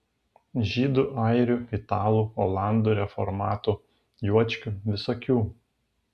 žydų airių italų olandų reformatų juočkių visokių